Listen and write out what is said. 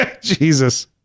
Jesus